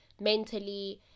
mentally